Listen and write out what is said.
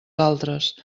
altres